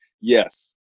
Yes